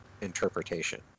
interpretation